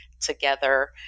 together